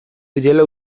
direla